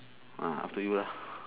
ah after you lah